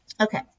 Okay